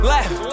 Left